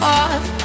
off